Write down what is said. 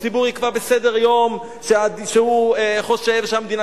הציבור יקבע בסדר-יום שהוא חושב שהמדינה